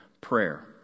prayer